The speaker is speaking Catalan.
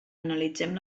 analitzem